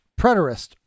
preterist